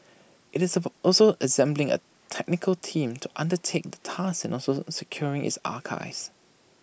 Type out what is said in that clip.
IT is about also assembling A technical team to undertake the task and also securing its archives